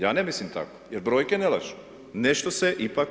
Ja ne mislim tako, jer brojke ne lažu, nešto se ipak